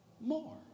more